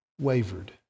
wavered